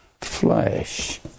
flesh